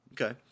Okay